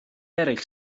eraill